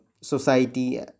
society